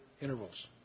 intervals